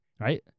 right